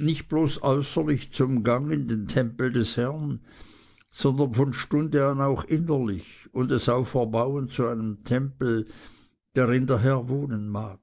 nicht bloß äußerlich zum gang in den tempel des herrn sondern von stunde an auch innerlich und es auferbauen zu einem tempel darin der herr wohnen mag